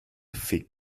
fig